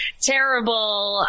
terrible